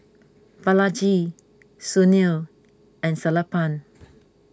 Balaji Sunil and Sellapan